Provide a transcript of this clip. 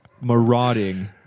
marauding